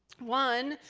one,